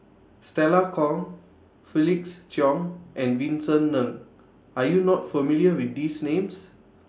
Stella Kon Felix Cheong and Vincent Ng Are YOU not familiar with These Names